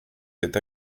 s’est